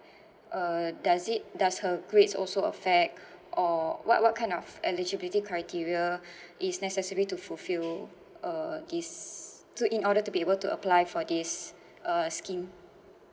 uh does it does her grades also affect or what what kind of eligibility criteria is necessary to fulfill uh this to in order to be able to apply for this uh scheme